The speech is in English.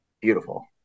Beautiful